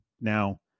Now